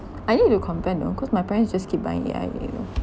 I need to compare you know cause my parents just keep buying A_I_A you know